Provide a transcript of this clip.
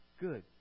Good